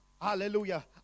Hallelujah